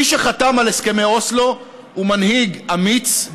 מי שחתם על הסכמי אוסלו הוא מנהיג אמיץ,